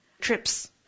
trips